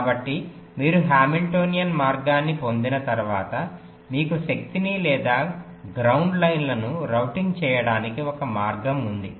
కాబట్టి మీరు హామిల్టోనియన్ మార్గాన్ని పొందిన తర్వాత మీకు శక్తిని లేదా గ్రౌండ్ లైన్లను రౌటింగ్ చేయడానికి ఒక మార్గం ఉంది